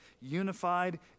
unified